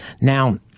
now